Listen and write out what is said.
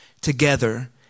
together